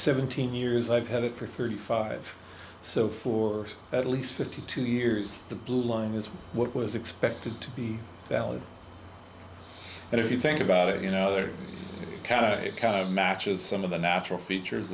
seventeen years i've had it for thirty five so for at least fifty two years the bloom is what was expected to be valid and if you think about it you know they're kind of matches some of the natural features